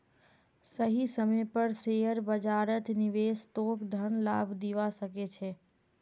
सही समय पर शेयर बाजारत निवेश तोक धन लाभ दिवा सके छे